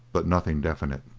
but nothing definite.